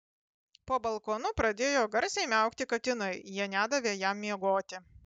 po balkonu pradėjo garsiai miaukti katinai jie nedavė jam miegoti